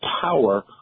power